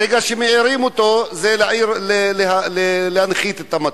ברגע שמעירים אותו זה להנחית את המטוס.